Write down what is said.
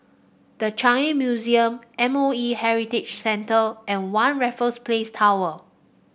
The Changi Museum M O E Heritage Center and One Raffles Place Tower